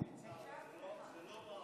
הקשבתי